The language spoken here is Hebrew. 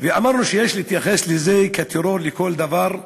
ואמרנו שיש להתייחס לזה כטרור לכל דבר,